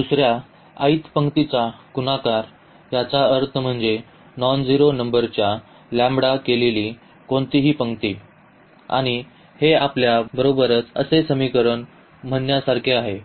दुस या पंक्तीचा गुणाकार याचा अर्थ म्हणजे नॉनझेरो नंबरच्या लॅम्ब्डाने केलेली कोणतीही पंक्ती आणि हे आपल्या बरोबरच असे समीकरण म्हणण्यासारखे आहे